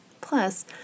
Plus